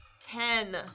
Ten